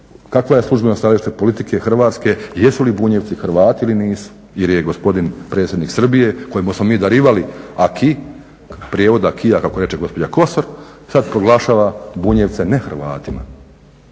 kakvo je službeno stajalište politike Hrvatske, jesu li Bunjevci Hrvati ili nisu? Jer je gospodin predsjednik Srbije, kojima smo mi darivali acquis, prijevod acquisa kako reče gospođa Kosor, sada proglašava Bunjevce nehrvatima